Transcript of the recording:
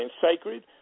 sacred